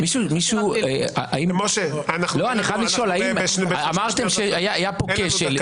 --- אמרתם שהיה פה כשל.